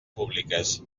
públiques